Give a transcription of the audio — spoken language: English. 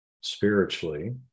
spiritually